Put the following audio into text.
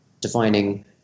defining